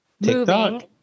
moving